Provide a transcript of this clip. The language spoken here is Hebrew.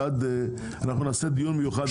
אנחנו נקיים דיון מיוחד.